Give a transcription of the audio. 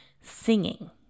singing